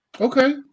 Okay